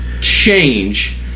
change